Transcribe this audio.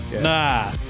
Nah